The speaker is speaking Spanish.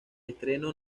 estreno